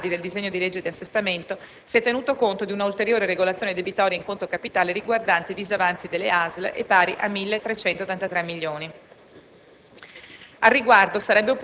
specificando che, rispetto ai saldi del disegno di legge di assestamento, si è tenuto conto di una ulteriore regolazione debitoria in conto capitale, riguardante i disavanzi delle ASL e pari a 1.383 milioni.